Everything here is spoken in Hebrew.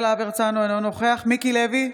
לוי,